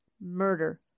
murder